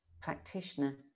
practitioner